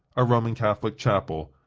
a roman catholic chapel,